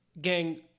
Gang